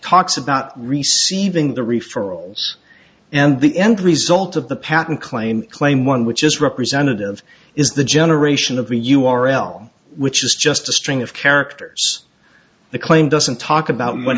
talks about receiving the referrals and the end result of the patent claim claim one which is representative is the generation of the u r l which is just a string of characters the claim doesn't talk about what